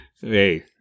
Hey